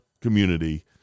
community